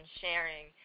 sharing